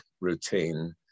routine